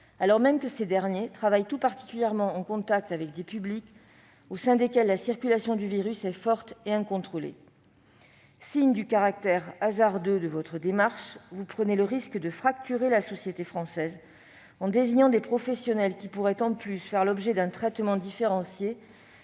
alors même que ces derniers travaillent tout particulièrement au contact de publics au sein desquels la circulation du virus est forte et incontrôlée. Signe du caractère hasardeux de votre démarche, vous prenez le risque de fracturer la société française en désignant des professionnels qui pourraient en plus faire l'objet d'un traitement différencié,